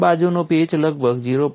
એક બાજુનો પેચ લગભગ 0